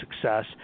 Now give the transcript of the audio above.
success